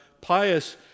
pious